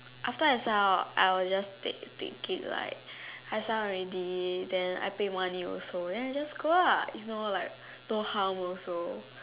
after I sign up I will just take it like I sign up already then pay money also just go lah no harm also